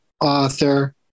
author